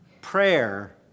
Prayer